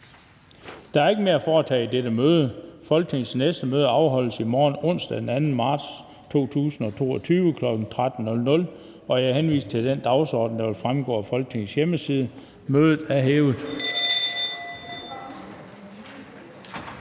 Der er ikke mere at foretage i dette møde. Folketingets næste møde afholdes i morgen, onsdag den 2. marts 2022, kl. 13.00. Jeg henviser til den dagsorden, der vil fremgå af Folketingets hjemmeside. Mødet er hævet.